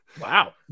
Wow